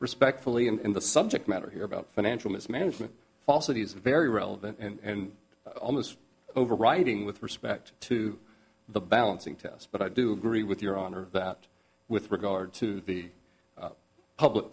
respectfully and the subject matter here about financial mismanagement falsities a very relevant and almost overriding with respect to the balancing test but i do agree with your honor that with regard to the public